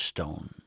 Stone